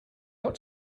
got